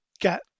get